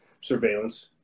surveillance